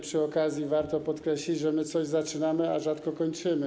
Przy okazji jednak warto podkreślić, że my coś zaczynamy, a rzadko kończymy.